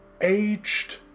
aged